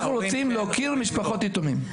אנחנו רוצים להוקיר משפחות יתומים.